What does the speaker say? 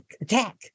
attack